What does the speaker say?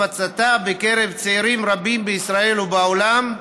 הפצתה בקרב צעירים רבים בישראל ובעולם,